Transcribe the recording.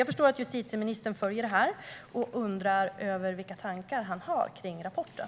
Jag förstår att justitieministern följer detta, och jag undrar vilka tankar han har kring rapporten.